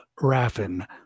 Raffin